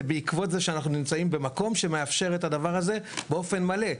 זה בעקבות זה שאנחנו נמצאים במקום שמאפשר את הדבר הזה באופן מלא,